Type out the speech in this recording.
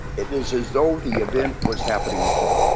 it is as though the event was happening again.